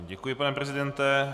Děkuji, pane prezidente.